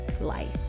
life